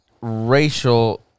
racial